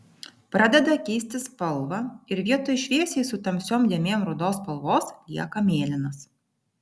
pradeda keisti spalvą ir vietoj šviesiai su tamsiom dėmėm rudos spalvos lieka mėlynas